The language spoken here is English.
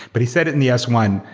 but he said it in the s one.